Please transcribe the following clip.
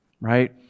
right